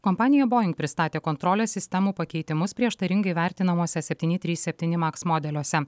kompanija bojing pristatė kontrolės sistemų pakeitimus prieštaringai vertinamuose septyni trys septyni maks modeliuose